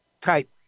type